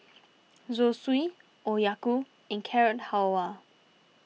Zosui Okayu and Carrot Halwa